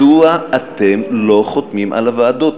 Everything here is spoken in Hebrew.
מדוע אתם לא חותמים על הוועדות?